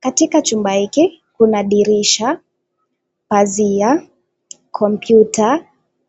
Katika chumba hiki kuna dirisha, pazia, kompyuta,